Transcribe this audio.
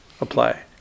apply